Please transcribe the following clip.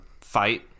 fight